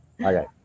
okay